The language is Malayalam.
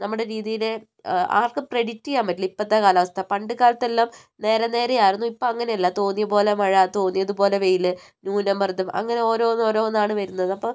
നമ്മുടെ രീതീനെ ആർക്കും പ്രെഡിക്റ്റ് ചെയ്യാൻ പറ്റില്ല ഇപ്പോഴത്തെ കാലാവസ്ഥ പണ്ട് കാലത്തെല്ലാം നേരെ നേരെയാർന്നു ഇപ്പം അങ്ങനെയല്ല തോന്നിയ പോലെ മഴ തോന്നിയത് പോലെ വെയില് ന്യുന മർദ്ദം അങ്ങനെ ഓരോന്നോരോന്നാണ് വരുന്നത് അപ്പം